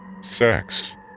sex